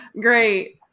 Great